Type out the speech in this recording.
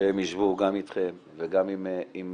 שהם יישבו גם איתכם וגם עם עומר,